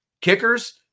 kickers